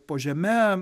po žeme